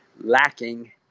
lacking